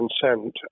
consent